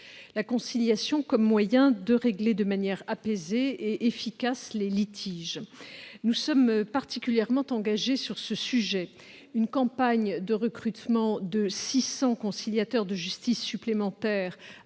la conciliation comme mode de règlement apaisé et efficace des litiges. Nous sommes particulièrement engagés sur ce sujet : une campagne de recrutement de 600 conciliateurs de justice supplémentaires